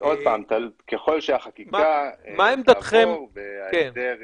עוד פעם, ככל שהחקיקה תעבור וההסדר יאושר,